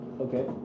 Okay